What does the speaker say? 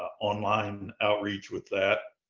online outreach with that.